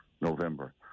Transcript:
November